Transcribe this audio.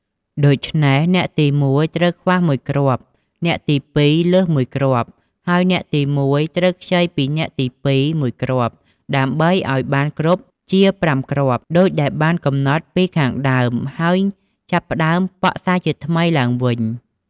ដូច្នេះអ្នកទី១ ត្រូវខ្វះ ១ គ្រាប់ អ្នកទី២ លើស ១ គ្រាប់ ហើយអ្នកទី១ ត្រូវខ្ចីពីអ្នកទី២ មួយគ្រាប់ ដើម្បីឲ្យបានគ្រប់ជា ៥គ្រាប់ ដូចដែលបានកំណត់ពីខាងដើម ហើយចាប់ផ្តើមប៉ក់សាជាថ្មីឡើងវិញ។